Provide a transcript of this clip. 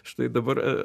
štai dabar